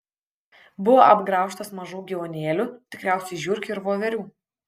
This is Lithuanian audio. buvo apgraužtas mažų gyvūnėlių tikriausiai žiurkių ir voverių